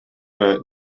эрэ